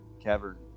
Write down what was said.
cavern